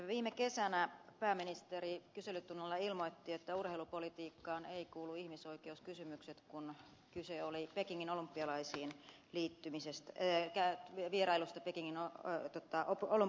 viime kesänä pääministeri kyselytunnilla ilmoitti että urheilupolitiikkaan eivät kuulu ihmisoikeuskysymykset kun kyse oli vierailusta pekingin olympialaisiin liittymisestä eekää vierailusta pekingina revityttää autoon on